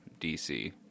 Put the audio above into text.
DC